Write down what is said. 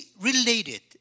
related